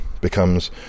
becomes